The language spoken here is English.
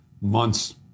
months